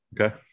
Okay